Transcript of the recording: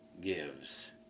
gives